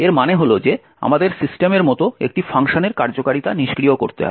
এর মানে হল যে আমাদের সিস্টেমের মতো একটি ফাংশনের কার্যকারিতা নিষ্ক্রিয় করতে হবে